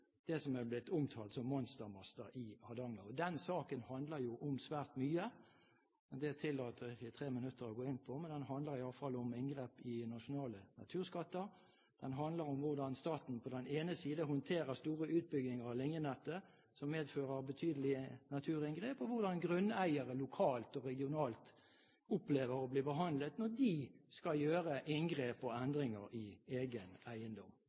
det som er blitt omtalt som monstermaster i Hardanger. Den saken handler om svært mye, men det tillater ikke tre minutter å gå inn på. Den handler i hvert fall om inngrep i nasjonale naturskatter, den handler om hvordan staten på den ene siden håndterer store utbygginger av linjenettet som medfører betydelige naturinngrep, og hvordan grunneiere lokalt og regionalt opplever å bli behandlet når de skal gjøre inngrep og endringer i egen eiendom.